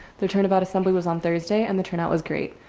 the turnabout assembly was on thursday and the turnout was great.